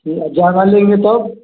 आ ज़्यादा लेंगे तब